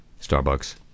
Starbucks